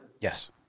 Yes